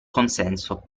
consenso